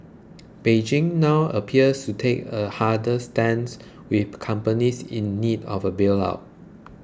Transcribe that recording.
Beijing now appears to take a harder stance with companies in need of a bail out